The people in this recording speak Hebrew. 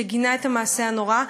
שגינה את המעשה הנורא,